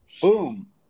Boom